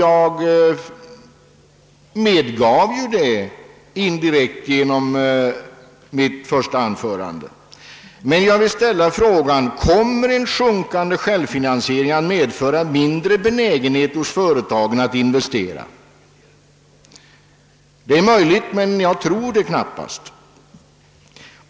Det medgav jag också indirekt i mitt första anförande. Men jag vill fråga: Kommer en sjunkande självfinansiering att medföra mindre benägenhet hos företagen att investera? Det är möjligt men jag tror det knappast.